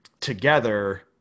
together